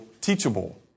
teachable